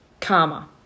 karma